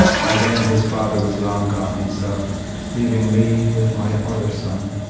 by then his father was long gone himself leaving me with my other son,